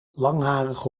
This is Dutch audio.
langharige